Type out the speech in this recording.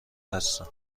هستم